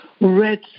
red